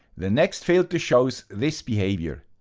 the next filter shows this behavior.